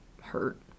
hurt